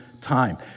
time